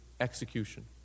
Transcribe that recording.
execution